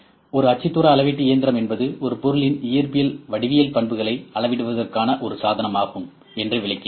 ஒரு அச்சுத்தூர அளவீட்டு இயந்திரம் என்பது ஒரு பொருளின் இயற்பியல் வடிவியல் பண்புகளை அளவிடுவதற்கான ஒரு சாதனமாகும் என்று விளக்கினேன்